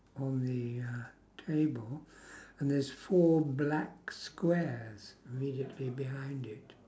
on the uh cable and there's four black squares immediately behind it